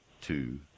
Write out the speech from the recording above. two